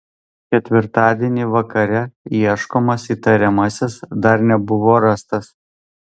ketvirtadienį vakare ieškomas įtariamasis dar nebuvo rastas